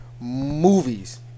movies